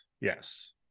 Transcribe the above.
Yes